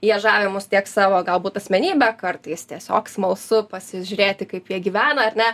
jie žavi mus tiek savo galbūt asmenybe kartais tiesiog smalsu pasižiūrėti kaip jie gyvena ar ne